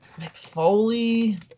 McFoley